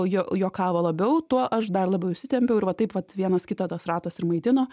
juo juokavo labiau tuo aš dar labiau įsitempiau ir va taip vat vienas kitą tas ratas ir maitino